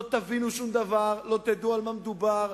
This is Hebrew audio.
לא תבינו שום דבר, לא תדעו על מה מדובר.